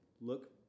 look